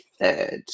third